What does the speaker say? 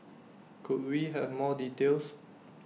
could we have more details